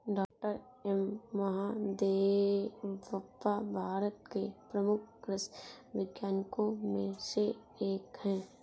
doctor M Mahadevappa Bharat के प्रमुख कृषि वैज्ञानिकों में से एक हैं